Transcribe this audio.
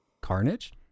Carnage